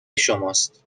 شماست